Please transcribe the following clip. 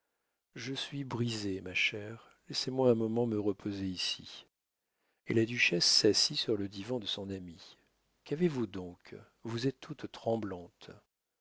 je suis brisée ma chère laissez-moi un moment me reposer ici et la duchesse s'assit sur le divan de son amie qu'avez-vous donc vous êtes toute tremblante